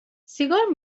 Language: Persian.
سیگار